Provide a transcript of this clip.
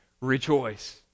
Rejoice